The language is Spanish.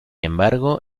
embargo